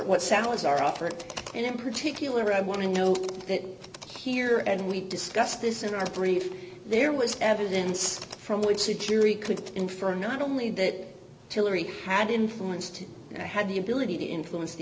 what salazar offered and in particular i want to note that here and we discussed this in our brief there was evidence from which the jury could infer not only that hilary had influenced i had the ability to influence the